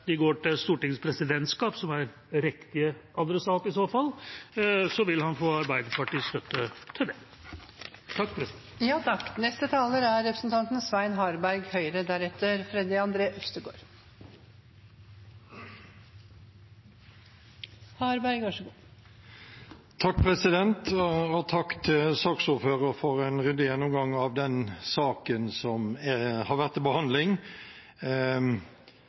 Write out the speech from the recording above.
de går til Stortingets presidentskap, som i så fall er riktig adressat, vil han få Arbeiderpartiets støtte til det. Takk til saksordføreren for en ryddig gjennomgang av den saken som har vært til behandling. Grunnen til at jeg tar ordet, er at den saken som har vært – det har for så vidt Dag Terje Andersen svart godt på – har vært,